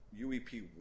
UEP